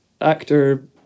actor